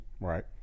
Right